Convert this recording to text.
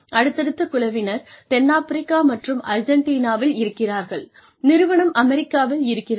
அடுத்தடுத்த குழுவினர் தென்னாப்பிரிக்கா மற்றும் அர்ஜென்டினாவில் இருக்கிறார்கள் நிறுவனம் அமெரிக்காவில் இருக்கிறது